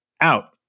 out